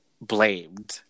blamed